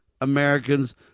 Americans